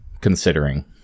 considering